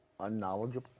unknowledgeable